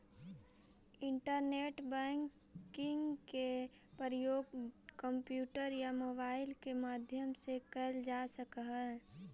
internet banking के प्रयोग computer या मोबाइल के माध्यम से कैल जा सकऽ हइ